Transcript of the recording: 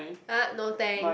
ah no thanks